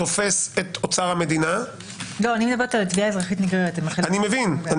תופס את אוצר המדינה -- אני מדבר על תביעה אזרחית נגררת.